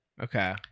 Okay